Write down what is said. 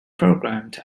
programmed